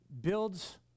builds